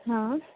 हाँ